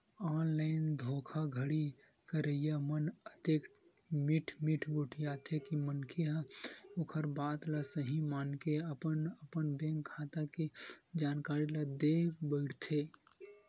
online धोखाघड़ी करइया मन अतेक मीठ मीठ गोठियाथे के मनखे ह ओखर बात ल सहीं मानके अपन अपन बेंक खाता के जानकारी ल देय बइठथे